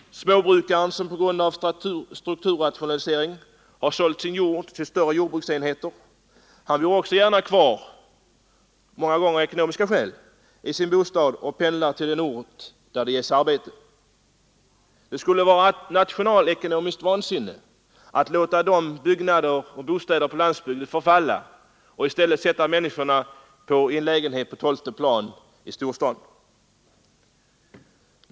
Småbrukaren, som på grund av strukturrationalisering sålt sin jord till större jordbruksenheter, bor också gärna, många gånger av ekonomiska skäl, kvar i sin bostad och pendlar till en ort där det ges arbete. Det skulle vara nationalekonomiskt vansinne att låta byggnader och bostäder på landsbygden förfalla och i stället sätta dessa människor i en lägenhet på t.ex. tolfte planet i ett höghus i en storstad.